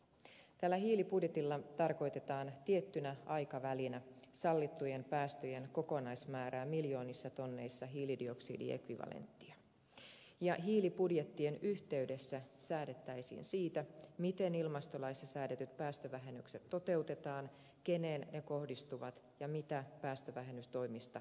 tällä hiilibudjetilla tarkoitetaan tiettynä aikavälinä sallittujen päästöjen kokonaismäärää miljoonissa tonneissa hiilidioksidiekvivalenttia ja hiilibudjettien yhteydessä säädettäisiin siitä miten ilmastolaissa säädetyt päästövähennykset toteutetaan keneen ne kohdistuvat ja mitä päästövähennystoimista seuraa